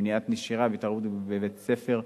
מניעת נשירה והתערבות בבית-ספר,